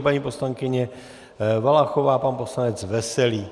Paní poslankyně Valachová, pan poslanec Veselý.